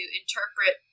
interpret